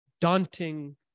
daunting